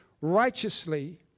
righteously